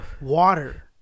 Water